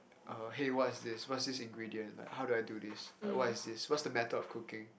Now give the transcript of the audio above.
uh hey what's this what's this ingredient like how do I do this like what is this what is the method of cooking